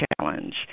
Challenge